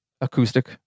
Acoustic